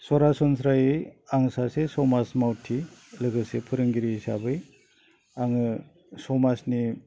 सरास'स्रायै आं सासे समाज मावथि लोगोसे फोरोंगिरि हिसाबै आङो समाजनि